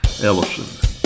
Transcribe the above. Ellison